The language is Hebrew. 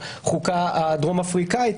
החוקה הדרום אפריקאית.